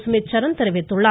சுமித் சரண் தெரிவித்துள்ளார்